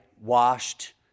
washed